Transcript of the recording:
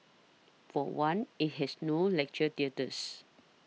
for one it has no lecture theatres